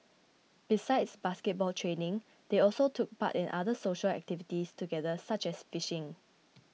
besides basketball training they also took part in other social activities together such as fishing